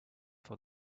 for